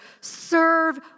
serve